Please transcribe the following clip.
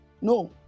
No